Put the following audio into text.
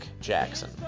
Jackson